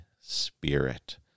Spirit